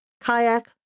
Kayak